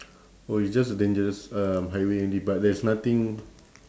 oh it's just a dangerous um highway only but there's nothing